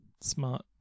Smart